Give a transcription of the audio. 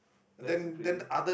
that's a pretty